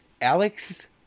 Alex